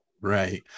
Right